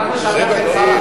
אדוני היושב-ראש.